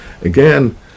Again